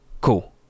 Cool